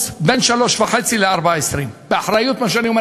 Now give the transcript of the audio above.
ילין, "שיווק הדרום", "שקמה", אני יודע,